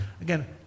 Again